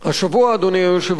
השבוע, אדוני היושב-ראש,